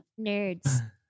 nerds